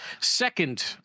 Second